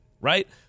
right